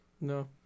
No